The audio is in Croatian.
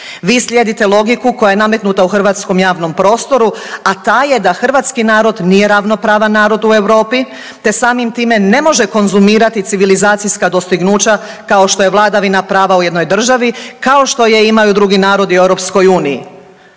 Vi slijedite logiku koja je nametnuta u hrvatskom javnom prostoru, a ta je da hrvatski narod nije ravnopravan narod u Europi, te samim time ne može konzumirati civilizacijska dostignuća kao što je vladavina prava u jednoj državi kao što je imaju drugi narodi u EU. No dame